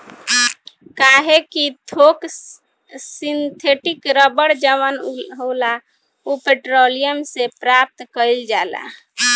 काहे कि थोक सिंथेटिक रबड़ जवन होला उ पेट्रोलियम से प्राप्त कईल जाला